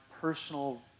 personal